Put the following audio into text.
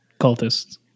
cultists